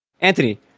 Anthony